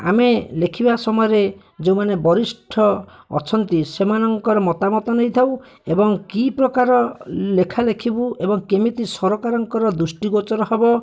ଆମେ ଲେଖିବା ସମୟରେ ଯୋଉମାନେ ବରିଷ୍ଠ ଅଛନ୍ତି ସେମାନଙ୍କର ମତାମତ ନେଇଥାଉ ଏବଂ କି ପ୍ରକାର ଲେଖା ଲେଖିବୁ ଏବଂ କେମିତି ସରକାରଙ୍କର ଦୃଷ୍ଟିଗୋଚର ହେବ